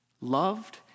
loved